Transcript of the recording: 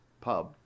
pub